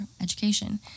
education